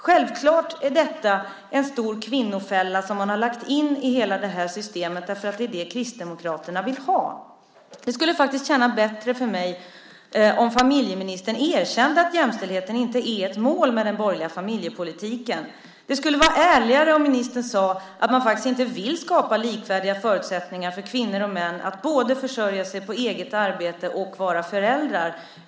Självklart är detta en stor kvinnofälla som man har lagt in i hela systemet, eftersom det är vad Kristdemokraterna vill ha. Det skulle faktiskt kännas bättre för mig om familjeministern erkände att jämställdheten inte är ett mål med den borgerliga familjepolitiken. Det skulle vara ärligare om ministern sade att man faktiskt inte vill skapa likvärdiga förutsättningar för kvinnor och män att både försörja sig på eget arbete och vara föräldrar.